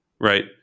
right